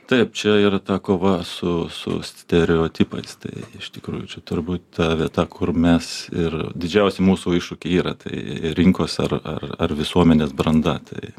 taip čia yra ta kova su su stereotipais tai iš tikrųjų čia turbūt ta vieta kur mes ir didžiausi mūsų iššūkiai yra tai rinkos ar ar ar visuomenės branda tai